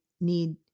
need